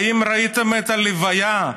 האם ראיתם את ההלוויה?